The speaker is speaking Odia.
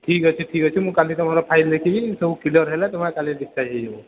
ଠିକ୍ ଅଛି ଠିକ୍ ଅଛି ମୁଁ କାଲି ତୁମର ଫାଇଲ ଦେଖିବି ସବୁ କ୍ଲିଅର ହେଲେ ତୁମେ କାଲି ଡିସ୍ଚାର୍ଜ୍ ହୋଇଯିବ